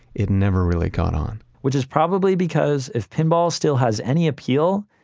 it never really caught on which is probably because if pinball still has any appeal,